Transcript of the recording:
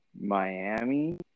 Miami